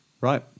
Right